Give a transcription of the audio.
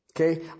Okay